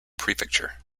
prefecture